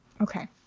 Okay